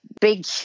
big